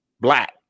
black